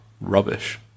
rubbish